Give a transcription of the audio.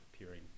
appearing